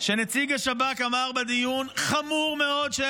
שנציג השב"כ אמר בדיון שלשיטתו,